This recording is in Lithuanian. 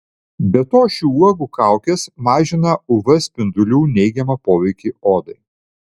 be to šių uogų kaukės mažina uv spindulių neigiamą poveikį odai